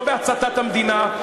לא בהצתת המדינה,